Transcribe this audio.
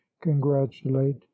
congratulate